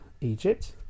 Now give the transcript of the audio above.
Egypt